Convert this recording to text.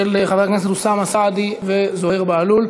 של חברי הכנסת אוסאמה סעדי וזוהיר בהלול.